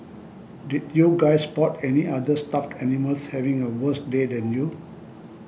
did you guys spot any other stuffed animals having a worse day than you